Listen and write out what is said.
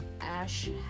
Ash